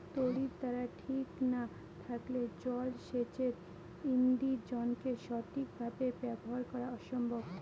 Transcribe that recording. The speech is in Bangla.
তড়িৎদ্বার ঠিক না থাকলে জল সেচের ইণ্জিনকে সঠিক ভাবে ব্যবহার করা অসম্ভব